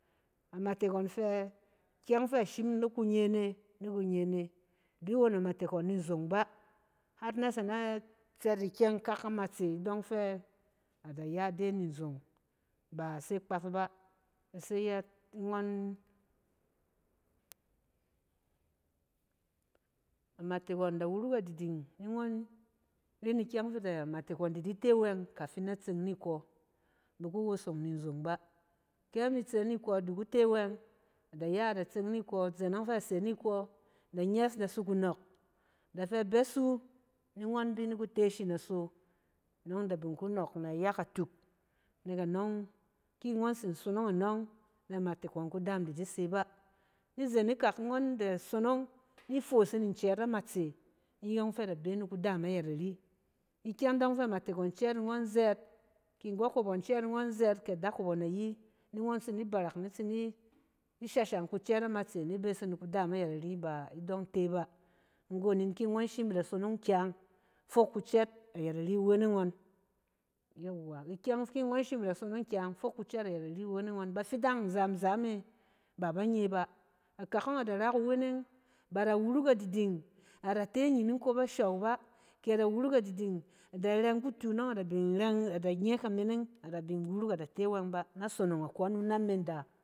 Amatek ngɔn fɛ, ikyɛng fɛ a shim ni ku nye ne, ni ku nye ne. I bi won amatek ngɔn ni nzong bá, har na tse na tsɛt ikyɛng na matse idɔng fɛ a da ya ide nzong, ba i se kpaf bá. I se yɛt, ngɔn amatek ngɔn da wuruk adiding, ni ngɔn ren ikyɛng fɛ amatek ngɔn di di te wɛng kafin na tseng ni kɔ, i bi wosong ni nzong bá. Ke a mi tse ni kɔ, i di ku te wɛng, a da ya, a tse ni kɔ. Izen ɔng fɛ a se ni kɔ, da nyes da tsi ku nɔk, a da fɛ bɛs wu, ni ngɔn bi ku te ashi so, nɔng da bin ku nɔk nayak atuk. nɛk anɔng, ki ngɔn tsin wosong anɔng na amatek ngɔn, kudam da di se bá. Ni zen ikak, ngɔn da sonong ni fos yin ncɛɛt na matse, iyɔng fɛ da bɛ ni kudam ayɛt ari. ikyɛng ɔng fɛ amatek ngɔn cɛɛt ni ngɔn zɛɛt, ki nggɔ kop ngɔn cɛɛt ni ngɔn zɛɛt, kɛ ada kop ngɔn ayi, ni ngɔn tsi ni berek ni shashan kucɛɛt amatse ni bɛs e ni kudam ayɛt ari ba idɔng te bá. Nggon in, ki ngɔn shim da sonong kyang, fok kucɛɛt ayɛt ari iweneng ngɔn. Yowa, ikyɛng fi ngɔn shim i sonong kyang fok kucɛɛt ayɛt ari iweneng ngɔn, bafidan nzɛɛm zɛɛm e ba ba nye bá, akak a da ra kuweneng, ba da wuruk diding, a te anyining kop a show bá, kɛ a da wuruk a diding, a da reng kutu nɔng a da bin reng, a bin nye kamining, a bin wuruk, a bin te wɛng bá na sonong a kɔng wu na menda.